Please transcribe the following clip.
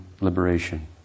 liberation